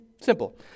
Simple